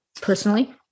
personally